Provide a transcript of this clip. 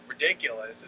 ridiculous